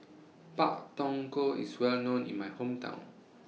Pak Thong Ko IS Well known in My Hometown